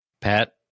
Pat